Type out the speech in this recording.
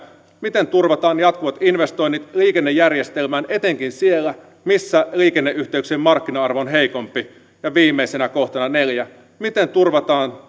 miten turvataan jatkuvat investoinnit liikennejärjestelmään etenkin siellä missä liikenneyhteyksien markkina arvo on heikompi viimeisenä kohtana neljä miten turvataan